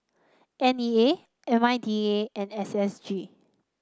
N E A I M D A and S S G